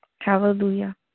hallelujah